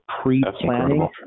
pre-planning